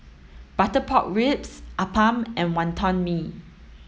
butter pork ribs Appam and Wonton Mee